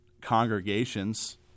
congregations